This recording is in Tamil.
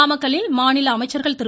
நாமக்கல்லில் மாநில அமைச்சர்கள் திரு